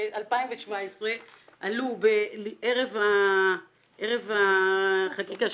ב-2017 עלו בערב החקיקה,